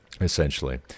essentially